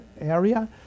area